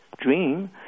dream